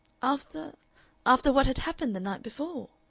after after what had happened the night before?